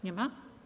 Nie ma?